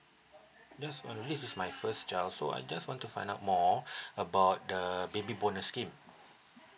just wanna this is my first child so I just want to find out more about the baby bonus scheme